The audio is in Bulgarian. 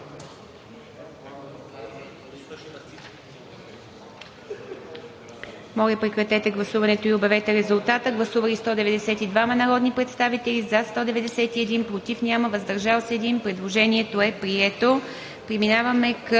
Моля, прекратете гласуването и обявете резултата. Гласували 194 народни представители: за 192, против няма, въздържали се 2. Предложението е прието.